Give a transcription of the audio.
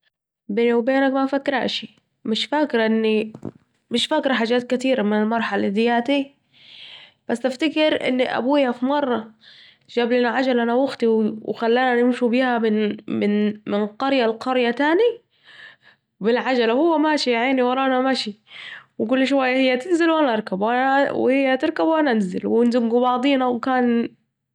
بيني و بينك مفكراش مش فاكره حجات كتيره من المرحله دي في المرحلة دياتي بس فاكرة اني ابويا جاب لينا عجلة أنا واختي وخلانا نمشوا بيها من قريه لقريه تانيه وهو ياعيني ماشي ورانا مشي وكل شوية هي تركب أنا انزل هي تنزل انا اركب ونذقوا بعضينا كانت ايام حلوة